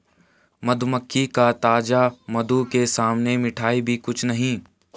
मधुमक्खी का ताजा मधु के सामने मिठाई भी कुछ नहीं